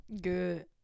good